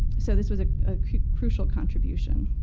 so this was a crucial contribution.